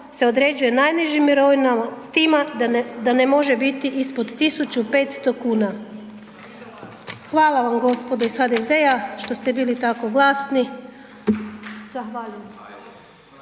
se određuje najnižim mirovinama s time da ne može biti ispod 1500 kuna. Hvala vam gospodo iz HDZ-a, što ste bili tako glasni, zahvaljujem.